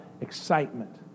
excitement